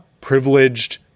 privileged